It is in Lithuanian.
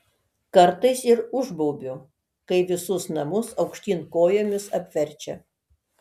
kartais ir užbaubiu kai visus namus aukštyn kojomis apverčia